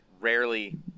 rarely